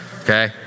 Okay